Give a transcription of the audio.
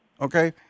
Okay